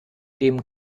dem